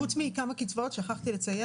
שכחתי לציין,